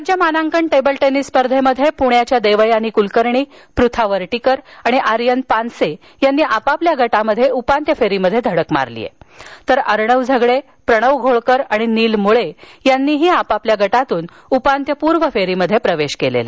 राज्य मानांकन table tennis स्पर्धेंत प्ण्याच्या देवयानी क्लकर्णी प्रथा वर्टीकर आणि आर्यन पानसे यांनी आपापल्या गटात उपांत्य फेरीत धडक मारली तर अर्णव झगडे प्रणव घोळकर आणि नील मुळ्ये यांनीही आपापल्या गटातून उपांत्यपूर्व फेरीत प्रवेश केला